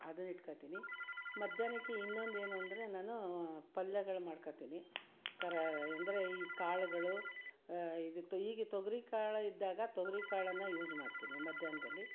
ಅದನ್ನ ಇಟ್ಕೊಳ್ತೀನಿ ಮಧ್ಯಾಹ್ನಕ್ಕೆ ಇನ್ನೊಂದು ಏನು ಅಂದರೆ ನಾನು ಪಲ್ಯಗಳು ಮಾಡ್ಕೊಳ್ತೀನಿ ಥರ ಅಂದರೆ ಈ ಕಾಳುಗಳು ಇದು ಹೀಗೆ ತೊಗರಿ ಕಾಳು ಇದ್ದಾಗ ತೊಗರಿ ಕಾಳನ್ನು ಯೂಸ್ ಮಾಡ್ತೀನಿ ಮಧ್ಯಾಹ್ನದಲ್ಲಿ